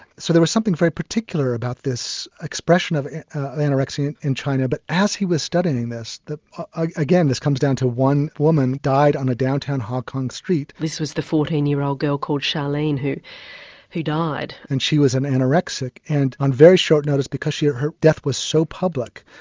so there was something very particular about this expression of ah anorexia in china but as he was studying this and ah again this comes down to one woman died on a downtown hong kong street. this was the fourteen year old girl called charlene who who died. and she was an anorexic and on very short notice because her death was so public,